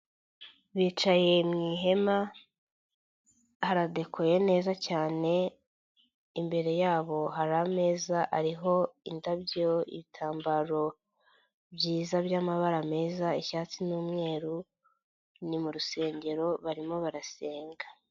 Bicaye mu ihema haradekoye neza cyane, imbere yabo hari ameza hariho indabyo, ibitambaro byiza by'amabara meza icyatsi n'umweru, ni mu rusengero barimo barasenga.